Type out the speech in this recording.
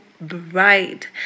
Bride